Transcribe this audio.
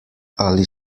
ali